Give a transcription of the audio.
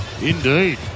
Indeed